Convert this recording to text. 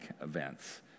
events